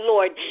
Lord